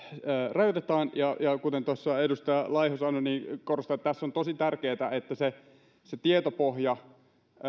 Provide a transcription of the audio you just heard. rajoitetaan ja kuten tuossa edustaja laiho sanoi niin korostan että tässä on tosi tärkeätä että se se tietopohja